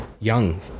young